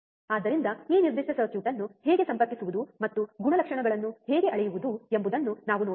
ಆದ್ದರಿಂದ ಈ ನಿರ್ದಿಷ್ಟ ಸರ್ಕ್ಯೂಟ್ ಅನ್ನು ಹೇಗೆ ಸಂಪರ್ಕಿಸುವುದು ಮತ್ತು ಗುಣಲಕ್ಷಣಗಳನ್ನು ಹೇಗೆ ಅಳೆಯುವುದು ಎಂಬುದನ್ನು ನಾವು ನೋಡೋಣ